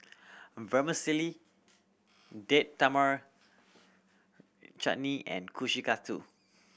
Vermicelli Date Tamarind Chutney and Kushikatsu